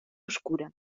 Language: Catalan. obscura